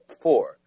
four